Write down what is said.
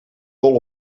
dol